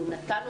אנחנו נתנו.